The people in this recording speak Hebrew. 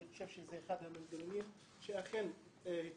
אני חושב שזה אחד המנגנונים שאכן הטיבו